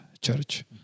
church